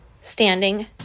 standing